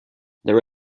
there